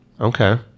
Okay